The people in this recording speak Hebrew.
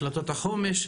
החלטות החומש.